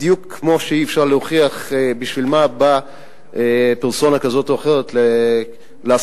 בדיוק כמו שאי-אפשר להוכיח בשביל מה באה פרסונה כזאת או אחרת לעסוק